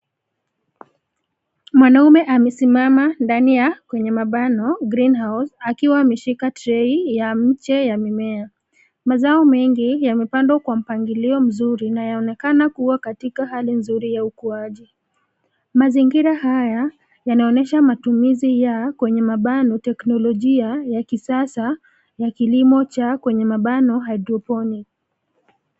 Mwanaume amesimama ndani ya, kwenye mabano greenhouse akiwa ameshika trei ya mche ya mimea, mazao mengi yamepandwa kwa mpangilio mzuri inayoonekana kuwa katika hali nzuri ya ukuaji, mazingira haya, yanaonyesha matumizi ya kwenye mabano teknolojia ya kisasa, ya kilimo cha kwenye mabano hydroponic .